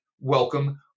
welcome